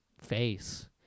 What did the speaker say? face